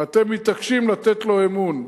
ואתם מתעקשים לתת בו אמון.